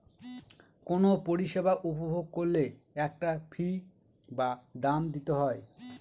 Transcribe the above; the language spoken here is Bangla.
কোনো পরিষেবা উপভোগ করলে একটা ফী বা দাম দিতে হয়